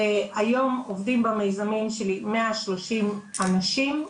היום עובדים במיזמים שלי 130 אנשים,